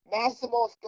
Massimo